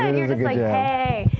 and you're just like, hey.